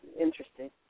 interesting